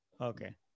Okay